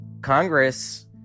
Congress